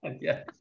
Yes